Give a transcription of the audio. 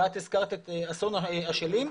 ואת הזכרת את אסון אשלים,